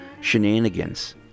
shenanigans